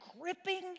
gripping